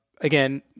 again